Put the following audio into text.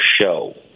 show